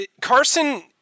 Carson